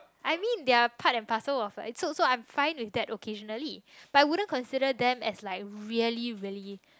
I mean they are part and partial of life so so I'm fine with that occasionally but wouldn't consider them as like really really